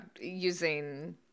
using